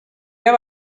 have